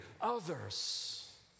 others